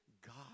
God